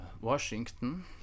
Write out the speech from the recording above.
washington